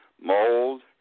mold